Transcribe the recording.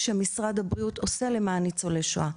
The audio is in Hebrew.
שמשרד הבריאות עושה למען ניצולי שואה.